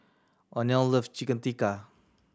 Oneal love Chicken Tikka